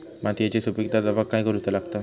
मातीयेची सुपीकता जपाक काय करूचा लागता?